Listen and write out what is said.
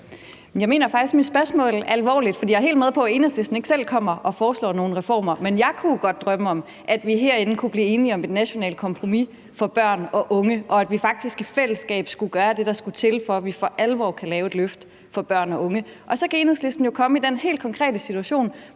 Jeg mener faktisk mit spørgsmål alvorligt, for jeg er helt med på, at Enhedslisten ikke selv kommer og foreslår nogle reformer, men jeg kunne jo godt drømme om, at vi herinde kunne blive enige om et nationalt kompromis for børn og unge, og at vi faktisk i fællesskab kunne gøre det, der skulle til, for at vi for alvor kan lave et løft for børn og unge. Og så kan Enhedslisten jo komme i den helt konkrete situation,